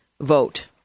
vote